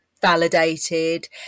validated